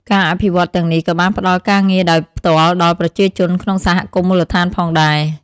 ការអភិវឌ្ឍន៍ទាំងនេះក៏បានផ្តល់ការងារដោយផ្ទាល់ដល់ប្រជាជនក្នុងសហគមន៍មូលដ្ឋានផងដែរ។